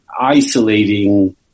Isolating